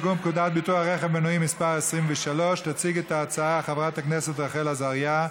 ביטוח רכב מנועי (מס' 23). תציג את ההצעה חברת הכנסת רחל עזריה,